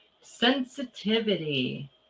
Sensitivity